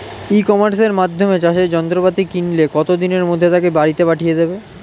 ই কমার্সের মাধ্যমে চাষের যন্ত্রপাতি কিনলে কত দিনের মধ্যে তাকে বাড়ীতে পাঠিয়ে দেবে?